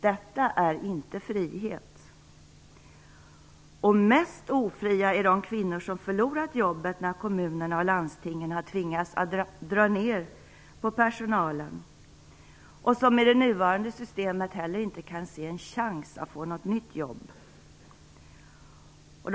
Detta är inte frihet. Och mest ofria är de kvinnor som förlorat jobbet när kommunerna och landstingen har tvingats att dra ner på personalen. De kan inte heller se en chans att få ett nytt jobb i det nuvarande systemet.